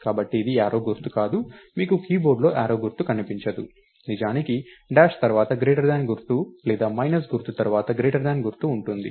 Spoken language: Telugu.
కాబట్టి ఇది యారో గుర్తు కాదు మీకు కీబోర్డ్లో యారో గుర్తు కనిపించదు నిజానికి డాష్ తర్వాత గ్రేటర్ థెన్ గుర్తు లేదా మైనస్ గుర్తు తర్వాత గ్రేటర్ థెన్ గుర్తు ఉంటుంది